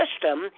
system